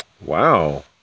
Wow